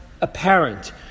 apparent